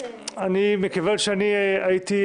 אני הייתי,